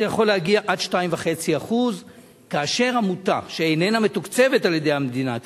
זה יכול להגיע עד 2.5%. כאשר עמותה שאיננה מתוקצבת על-ידי המדינה,